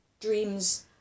dreams